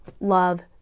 love